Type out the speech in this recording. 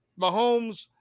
Mahomes